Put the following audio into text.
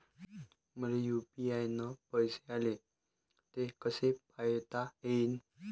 मले यू.पी.आय न पैसे आले, ते कसे पायता येईन?